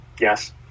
Yes